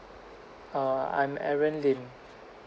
uh I'm aaron lim